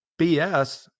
BS